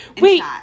Wait